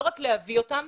לא רק להביא אותם,